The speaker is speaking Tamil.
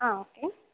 ஆ ஓகே